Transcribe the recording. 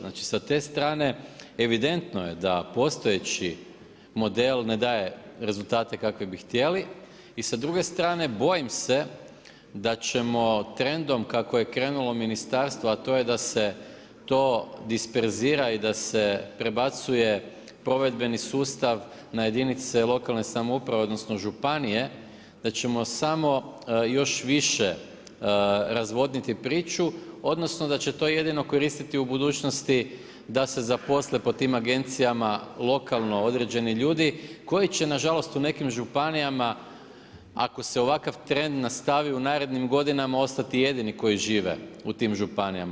Znači sa te strane evidentno je da postojeći model ne daje rezultate kakve bi htjeli i sa druge strane bojim se da ćemo trendom kako je krenulo ministarstvo, a to je da se to disperzira i da se prebacuje provedbeni sustav na jedinice lokalne samouprave odnosno županije, da ćemo samo još više razvodniti priču odnosno da će to jedino koristiti u budućnosti da se zaposle po tim agencijama lokalno određeni ljudi koji će nažalost u nekim županijama ako se ovakav trend nastavi u narednim godinama ostati jedini koji žive u tim županijama.